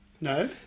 No